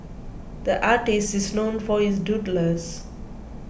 the artist is known for his doodles